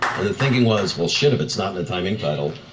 and the thinking was well shit if it's not in the time inc. title,